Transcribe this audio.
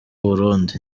burundi